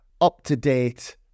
up-to-date